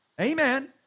Amen